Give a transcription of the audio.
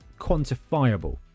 quantifiable